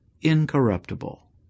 incorruptible